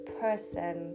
person